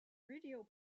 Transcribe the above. radio